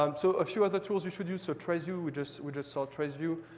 um so a few other tools you should use. so traceview, we just we just saw traceview.